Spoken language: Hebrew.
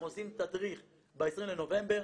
אנחנו עושים תדריך ב-20 בנובמבר,